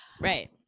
right